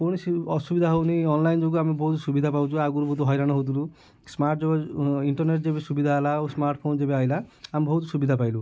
କୌଣସି ଅସୁବିଧା ହେଉନି ଅନଲାଇନ୍ ଯୋଗୁଁ ଆମେ ବହୁତ ସୁବିଧା ପାଉଛୁ ଆଗରୁ ବହୁତ ହଇରାଣ ହେଉଥିଲୁ ସ୍ମାର୍ଟ୍ ଇଣ୍ଟରନେଟ୍ ର ଯେବେ ସୁବିଧା ହେଲା ଆଉ ସ୍ମାର୍ଟଫୋନ୍ ଯେବେ ଆଇଲା ଆମେ ବହୁତ ସୁବିଧା ପାଇଲୁ